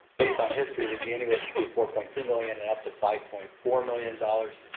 based on history, will be anywhere between four point two million and up to five point four million dollars,